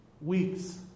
weeks